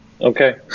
Okay